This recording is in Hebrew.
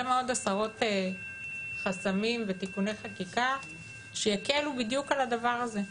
מאוד הסרות חסמים ותיקוני חקיקה שיקלו בדיוק על הדבר הזה,